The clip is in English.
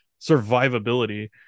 survivability